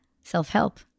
self-help